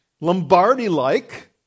Lombardi-like